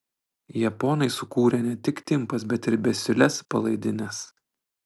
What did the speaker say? japonai sukūrė ne tik timpas bet ir besiūles palaidines